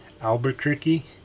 Albuquerque